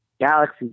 Galaxy